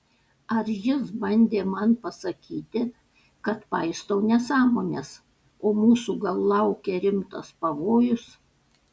ar jis bandė man pasakyti kad paistau nesąmones o mūsų gal laukia rimtas pavojus